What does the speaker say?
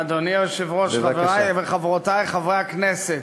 אדוני היושב-ראש, חברי וחברותי חברי הכנסת,